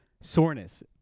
Soreness